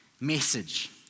message